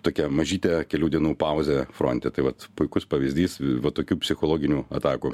tokią mažytę kelių dienų pauzę fronte tai vat puikus pavyzdys va tokių psichologinių atakų